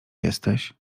jesteś